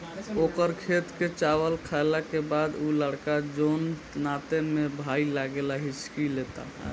ओकर खेत के चावल खैला के बाद उ लड़का जोन नाते में भाई लागेला हिच्की लेता